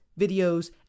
videos